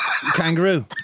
kangaroo